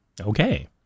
Okay